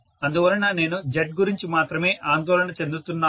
అందువలన నేను Z గురించి మాత్రమే ఆందోళన చెందుతున్నాను